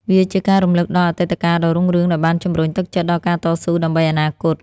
វាជាការរំលឹកដល់អតីតកាលដ៏រុងរឿង ដែលបានជំរុញទឹកចិត្តដល់ការតស៊ូដើម្បីអនាគត។